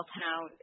town